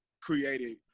created